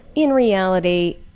in reality,